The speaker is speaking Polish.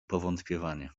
powątpiewanie